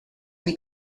muy